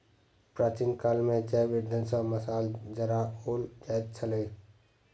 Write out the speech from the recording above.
प्राचीन काल मे जैव इंधन सॅ मशाल जराओल जाइत छलै